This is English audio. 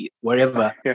wherever